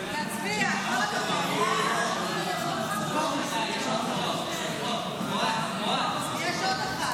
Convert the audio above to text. איסור על פתיחת נציגות דיפלומטית זרה) לוועדת החוקה,